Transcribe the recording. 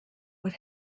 what